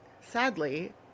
sadly